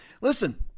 Listen